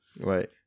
Right